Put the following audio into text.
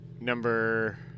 Number